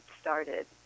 started